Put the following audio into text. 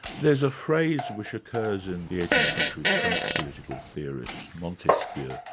there's a phrase which occurs in the eighteenth century french political theorist, montesquieu,